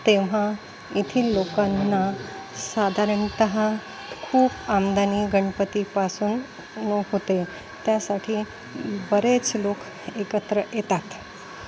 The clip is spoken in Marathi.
तेव्हा येथील लोकांना साधारणतः खूप आमदानी गणपतीपासून होते त्यासाठी बरेच लोक एकत्र येतात